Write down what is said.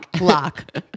lock